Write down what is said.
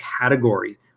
category